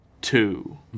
Two